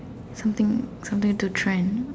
something something to trend